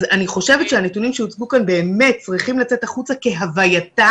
אז אני חושבת שהנתונים שהוצגו כאן באמת צריכים לצאת החוצה כהווייתם